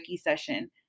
session